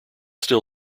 still